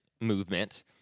movement